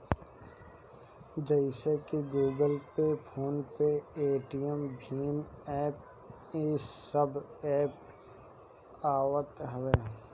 जइसे की Google Pay, PhonePe, Paytm भीम एप्प इस सब एमे आवत हवे